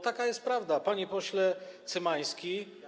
Taka jest prawda, panie pośle Cymański.